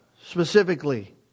specifically